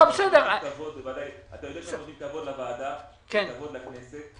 אנחנו רוחשים כבוד לוועדה, כבוד לכנסת.